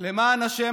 למען השם,